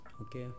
okay